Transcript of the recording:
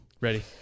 Ready